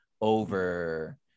over